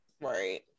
right